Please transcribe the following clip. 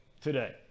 today